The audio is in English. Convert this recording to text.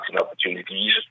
opportunities